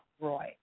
Roy